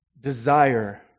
desire